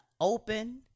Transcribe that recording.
open